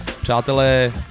Přátelé